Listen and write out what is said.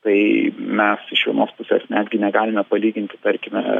tai mes iš vienos pusės netgi negalime palyginti tarkime